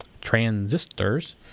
transistors